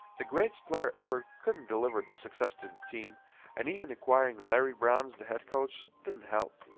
the greatest player ever couldn't deliver the success to the team and even acquiring larry brown as the head coach didn't help.